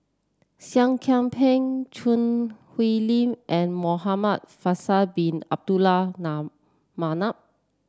Seah Kian Peng Choo Hwee Lim and Muhamad Faisal Bin Abdul Manap